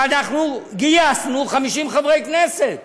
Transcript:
ואנחנו גייסנו 50 חברי כנסת